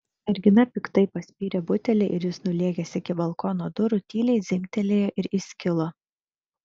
mergina piktai paspyrė butelį ir jis nulėkęs iki balkono durų tyliai dzingtelėjo ir įskilo